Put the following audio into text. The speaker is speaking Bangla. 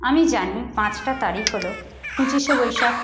আমি জানি পাঁচটা তারিখ হলো পঁচিশে বৈশাখ